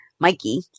Mikey